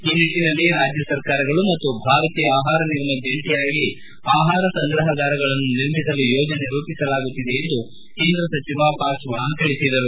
ಈ ನಿಟ್ಟನಲ್ಲಿ ರಾಜ್ಯ ಸರ್ಕಾರಗಳು ಮತ್ತು ಭಾರತೀಯ ಆಹಾರ ನಿಗಮ ಜಂಟಿಯಾಗಿ ಆಹಾರ ಸಂಗ್ರಹಾಗಾರಗಳನ್ನು ನಿರ್ಮಿಸಲು ಯೋಜನೆ ರೂಪಿಸಲಾಗುತ್ತಿದೆ ಎಂದು ಕೇಂದ್ರ ಸಚಿವ ಪಾಸ್ವಾನ್ ತಿಳಿಸಿದರು